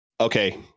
Okay